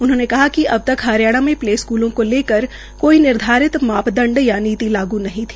उन्होंने कहा कि अब तक हरियाणा में प्ले स्कूलों को लेकर निर्धारित मापदंड या नीति लागू नहीं थी